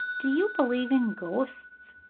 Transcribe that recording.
do you believe in ghosts?